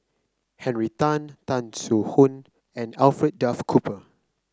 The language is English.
Henry Tan Tan Soo Khoon and Alfred Duff Cooper